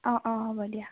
অঁ অঁ হ'ব দিয়া